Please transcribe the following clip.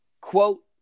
quote